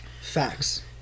Facts